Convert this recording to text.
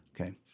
Okay